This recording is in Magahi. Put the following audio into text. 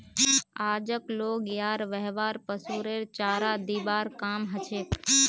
आजक लोग यार व्यवहार पशुरेर चारा दिबार काम हछेक